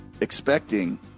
expecting